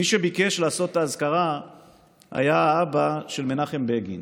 מי שביקש לעשות את האזכרה היה האבא של מנחם בגין,